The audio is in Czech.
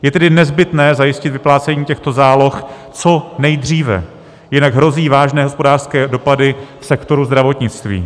Je tedy nezbytné zajistit vyplácení těchto záloh co nejdříve, jinak hrozí vážné hospodářské dopady sektoru zdravotnictví.